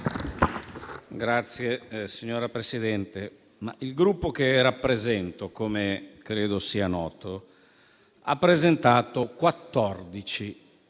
il Gruppo che rappresento, come credo sia noto, ha presentato 14